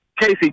Casey